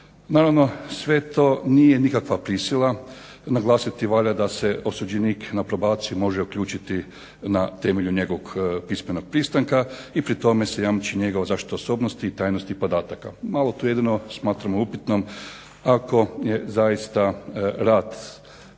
Naravno, sve to nije nikakva prisila, naglasiti valjda da se osuđenik na probaciju može uključiti na temelju njegovog pismenog pristanka i pri tome se jamči njegova zaštita osobnosti i tajnosti podataka. Malo tu jedino smatramo upitnom, ako je zaista rad